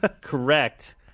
Correct